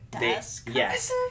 yes